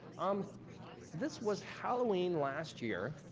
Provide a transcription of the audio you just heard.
um this was halloween last year.